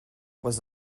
was